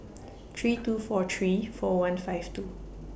three two four three four one five two